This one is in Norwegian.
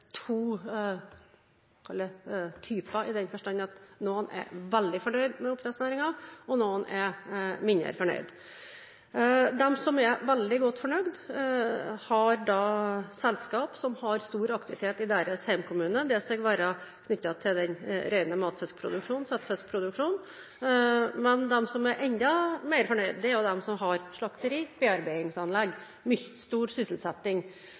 to typer i den forstand at noen er veldig fornøyd med oppdrettsnæringen, og noen er mindre fornøyd. De som er veldig godt fornøyd, har i sine hjemkommuner selskaper som har stor aktivitet knyttet til den rene matfisk- eller settefiskproduksjonen. De som er enda mer fornøyd, er de som har slakteri- og bearbeidingsanlegg med stor sysselsetting.